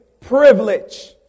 privilege